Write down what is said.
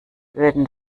würden